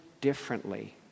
differently